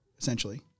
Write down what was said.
essentially